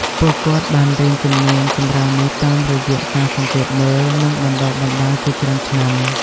ពួកគាត់បានរៀនជំនាញសម្រាលនេះតាមរយៈការសង្កេតមើល និងបណ្តុះបណ្ដាលជាច្រើនឆ្នាំ។